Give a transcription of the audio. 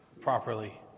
Properly